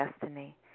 destiny